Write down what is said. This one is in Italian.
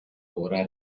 ora